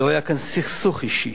לא היה כאן סכסוך אישי.